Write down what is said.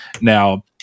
Now –